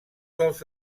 dels